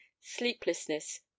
sleeplessness